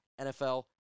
NFL